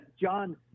John